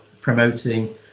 promoting